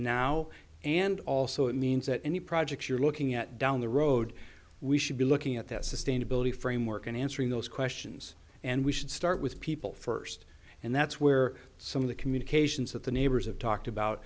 now and also it means that any projects you're looking at down the road we should be looking at that sustainability framework and answering those questions and we should start with people first and that's where some of the communications that the neighbors have talked about